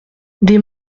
des